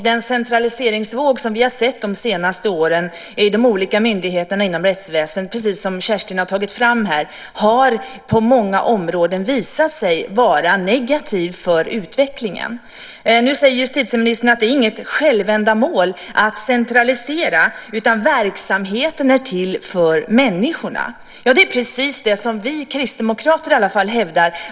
Den centraliseringsvåg som vi har sett de senaste åren i de olika myndigheterna inom rättsväsendet har, precis som Kerstin har tagit fram, på många områden visat sig vara negativ för utvecklingen. Nu säger justitieministern att det inte är ett självändamål att centralisera utan att verksamheten är till för människorna. Det är precis det vi kristdemokrater hävdar.